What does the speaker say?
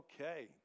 Okay